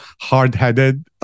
hard-headed